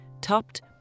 topped